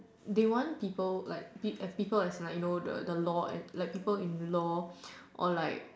they want people like [pe] people as in like you know the the law and like people in law or like